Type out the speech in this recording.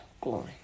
glory